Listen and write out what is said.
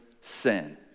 sin